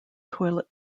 toilet